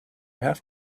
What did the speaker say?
have